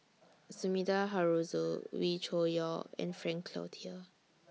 Sumida Haruzo Wee Cho Yaw and Frank Cloutier